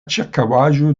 ĉirkaŭaĵo